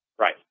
right